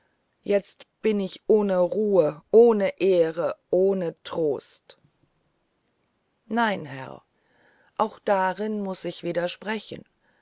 jetzt bin ich ohne ruhe ohne ehre ohne trost nein herr auch darin muß ich